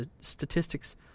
Statistics